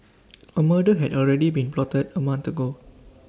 A murder had already been plotted A month ago